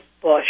Bush